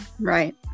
Right